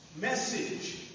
message